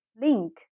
link